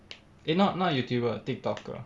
eh not not YouTuber Tiktok-er